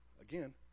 again